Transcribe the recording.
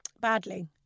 Badly